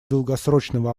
долгосрочного